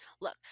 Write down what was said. look